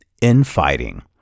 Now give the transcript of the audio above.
infighting